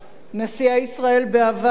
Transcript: נשיאי ישראל בעבר,